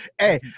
hey